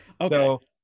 Okay